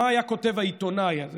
מה היה כותב העיתונאי הזה,